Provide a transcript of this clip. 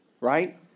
Right